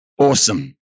awesome